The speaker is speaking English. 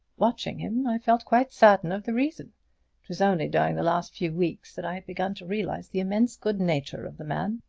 watching him, i felt quite certain of the reason. it was only during the last few weeks that i had begun to realize the immense good nature of the man.